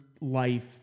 life